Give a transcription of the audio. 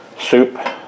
soup